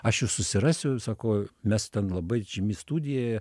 aš jus susirasiu sako mes ten labai žymi studija